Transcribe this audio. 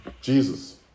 Jesus